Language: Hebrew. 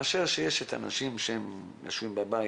מאשר שיש אנשים שהם יושבים בבית,